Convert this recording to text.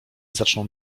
zaczną